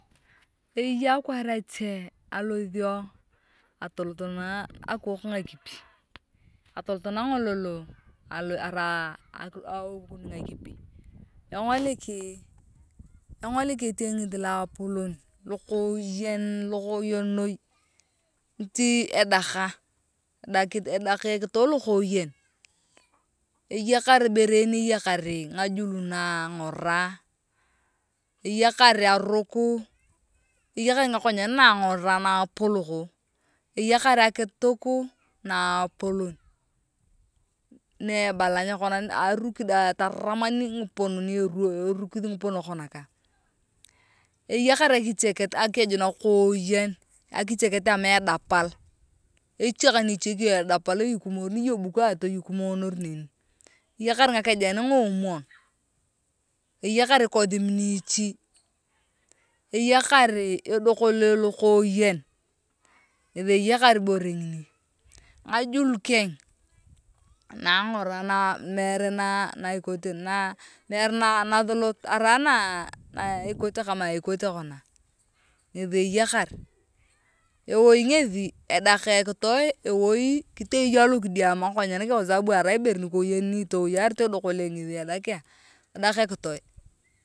Eyei akwaar ache alothio atolot arai akiwok ngakipi atolot nangolol arai awoukun ngakipi engoliki engoliki etiangit loapoloti lokoyen noi niti edaka edaka ekitoe lokoyen eyakar ibere eeen eyakar ngajul nangora eyekar aruk eyakar ngakonyen n angora na apoloko eyakar ngakonyen na angora na apoloko eyakar akituk napolok ne ebalang aruk dae erukith ngipono konoka eyakar akicheket akeju nakooyen akicheket naa edapal echak niechiki ngakejea toyukomor neni eyakar ngakeje ngaomon eyakar ikothiri niichi eyakar edokole lo koyen ngethi eyakar ibore ngini ngajul keng naangora meere na ikote kama ikore mere nathulut arain aa na ikote ikote kama ikote kona ngethi eyakar ewoi ngethi edaka ekitoe ewoi kite yong kotere arai ibore niikwoyen niitowoyarit edokole ngethi edakia tadak ekitoe.